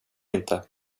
inte